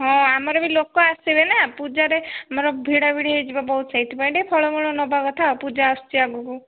ହଁ ଆମର ବି ଲୋକ ଆସିବେ ନା ପୂଜାରେ ଆମର ଭିଡ଼ାଭିଡ଼ି ହେଇଯିବ ବହୁତ ସେଇଥିପାଇଁ ଟିକିଏ ଫଳମୂଳ ନେବା କଥା ପୂଜା ଆସୁଛି ଆଗକୁ